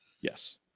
yes